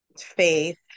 faith